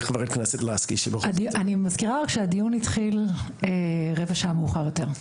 אני מזכירה רק שהדיון התחיל רבע שעה מאוחר יותר.